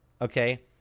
okay